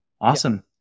Awesome